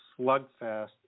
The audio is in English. slugfest